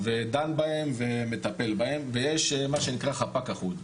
ודן בהם ומטפל בהם, ויש מה שנקרא חפ"ק אחוד.